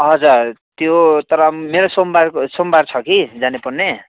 हजुर त्यो तर मेरो सोमवारको सोमवार छ कि जानुपर्ने